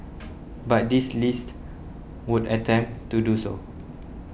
but this list would attempt to do so